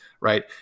right